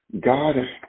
God